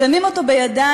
שמים אותו בידיים